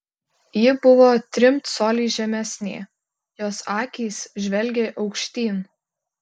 ji buvo trim coliais žemesnė jos akys žvelgė aukštyn